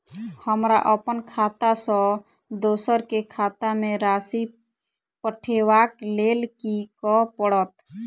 हमरा अप्पन खाता सँ दोसर केँ खाता मे राशि पठेवाक लेल की करऽ पड़त?